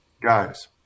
guys